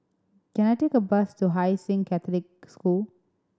can I take a bus to Hai Sing Catholic School